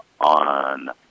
on